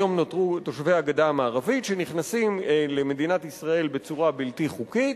היום נותרו תושבי הגדה המערבית שנכנסים למדינת ישראל בצורה בלתי חוקית,